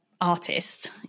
artist